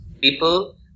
people